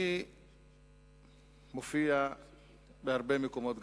אני מופיע בהרבה מקומות,